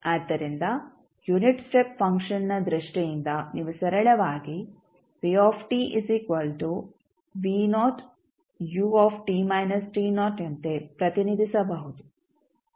ಆದ್ದರಿಂದ unit step ಫಂಕ್ಷನ್ನ ದೃಷ್ಟಿಯಿಂದ ನೀವು ಸರಳವಾಗಿ ಯಂತೆ ಪ್ರತಿನಿಧಿಸಬಹುದು